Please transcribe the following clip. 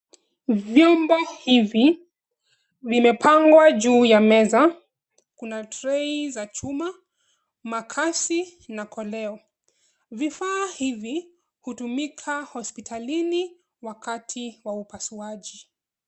Vyombo hivi vimepangwa juu ya meza. Kuna trei za chuma, makasi na koleo. vifaa hivi hutumika hospitani wakati wa upasuaji.